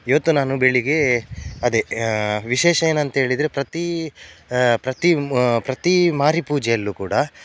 ಇವತ್ತು ನಾನು ಬೆಳಗ್ಗೆ ಅದೇ ವಿಶೇಷ ಏನಂಥೇಳಿದ್ರೆ ಪ್ರತಿ ಪ್ರತಿ ಮ ಪ್ರತಿ ಮಾರಿ ಪೂಜೆಯಲ್ಲೂ ಕೂಡ